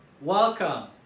Welcome